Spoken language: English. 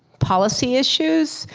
policy issues,